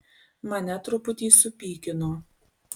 mane truputį supykino